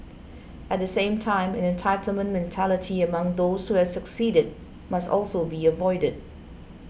at the same time an entitlement mentality among those who have succeeded must also be avoided